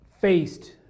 faced